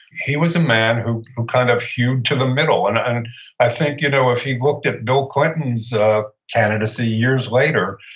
he was a man who who kind of hewed to the middle. and and i think you know if you looked at bill clinton's candidacy years later,